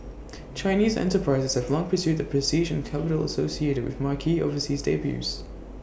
Chinese enterprises have long pursued the prestige and capital associated with marquee overseas debuts